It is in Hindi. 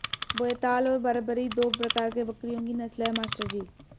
बेताल और बरबरी दो प्रकार के बकरियों की नस्ल है मास्टर जी